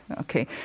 Okay